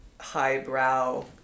highbrow